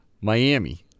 Miami